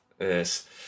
Yes